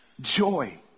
joy